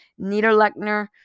Niederlechner